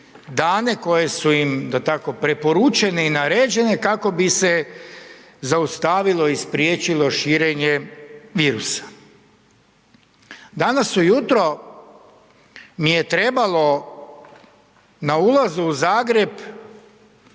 dane, koje su im da tako, preporučene i naređene kako bi se zaustavilo i spriječilo širenje virusa. Danas ujutro mi je trebalo na ulazu u Zagreb